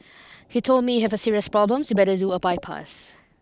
he told me have a serious problems you better do a bypass